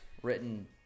Written